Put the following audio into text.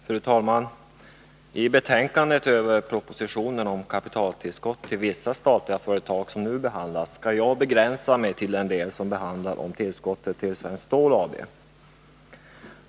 Fru talman! I betänkandet över propositionen om kapitaltillskott till vissa statliga företag, som nu behandlas, skall jag begränsa mig till att kommentera den del som handlar om tillskottet till Svenskt Stål AB.